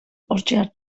hortxe